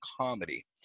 comedy